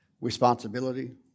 responsibility